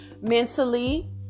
mentally